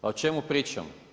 A o čemu pričamo.